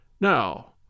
Now